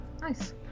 nice